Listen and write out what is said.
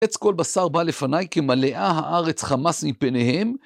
עץ כל בשר בא לפניי כי מלאה הארץ חמאס מפניהם.